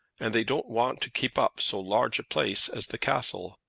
and they don't want to keep up so large a place as the castle.